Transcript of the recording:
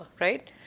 right